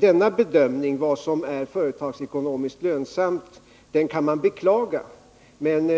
Denna bedömning av vad som är företagsekonomiskt lönsamt kan man beklaga, men